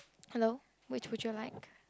hello which would you like